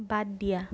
বাদ দিয়া